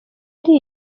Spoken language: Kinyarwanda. ari